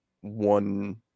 one